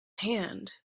hand